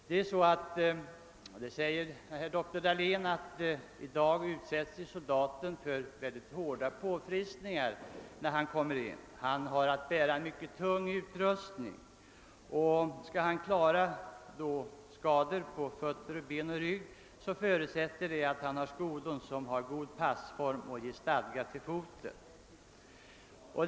Dr Dahlén framhåller att: soldaten i dag utsätts för hårda påfrestningar när han rycker in. Han har att. bära mycket tung utrustning, och för att han. skall kunna undvika skador på fötter, ben och rygg förutsätts att han får. skodon som har god passform och som ger god stadga för foten.